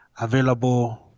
available